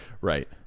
Right